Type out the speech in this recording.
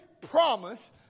promise